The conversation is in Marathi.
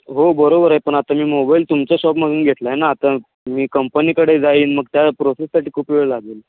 हो बरोबर आहे पण आता मी मोबाईल तुमच्या शॉपमधून घेतला आहे ना आता मी कंपनीकडे जाईन मग त्या प्रोसेससाठी खूप वेळ लागेल